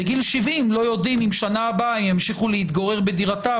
לא יודעים אם בשנה הבאה הם ימשיכו להתגורר בדירתם